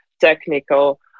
technical